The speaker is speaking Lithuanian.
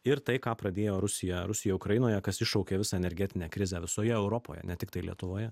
ir tai ką pradėjo rusija rusija ukrainoje kas iššaukė visą energetinę krizę visoje europoje ne tiktai lietuvoje